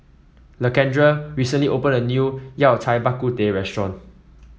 Lakendra recently opened a new Yao Cai Bak Kut Teh restaurant